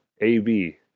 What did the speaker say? A-B